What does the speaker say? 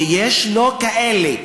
כי יש לו כאלה,